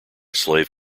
slave